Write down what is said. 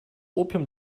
opium